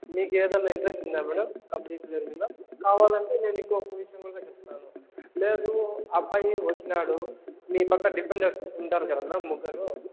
మీకు ఏదన్నా ఇంటరెస్ట్ ఉందా మేడం కబడ్డీ ప్లే మీద కావాలంటే నేను ఇంకొక విషయం కూడా చెప్తాను లేదు ఆ అబ్బాయి వచ్చినాడు ఈ పక్క ఢిఫెండర్లు ఉంటారు కదా మ్యామ్ ముగ్గురు